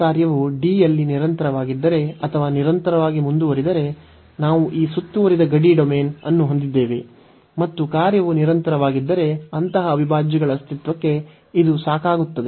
ಈ ಕಾರ್ಯವು D ಯಲ್ಲಿ ನಿರಂತರವಾಗಿದ್ದರೆ ಅಥವಾ ನಿರಂತರವಾಗಿ ಮುಂದುವರಿದರೆ ನಾವು ಈ ಸುತ್ತುವರಿದ ಗಡಿ ಡೊಮೇನ್ ಅನ್ನು ಹೊಂದಿದ್ದೇವೆ ಮತ್ತು ಕಾರ್ಯವು ನಿರಂತರವಾಗಿದ್ದರೆ ಅಂತಹ ಅವಿಭಾಜ್ಯಗಳ ಅಸ್ತಿತ್ವಕ್ಕೆ ಇದು ಸಾಕಾಗುತ್ತದೆ